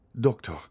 Doctor